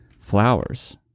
flowers